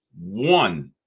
one